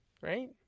right